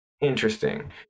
interesting